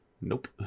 nope